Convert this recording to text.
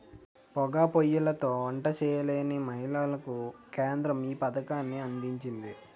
పోగా పోయ్యిలతో వంట చేయలేని మహిళలకు కేంద్రం ఈ పథకాన్ని అందించింది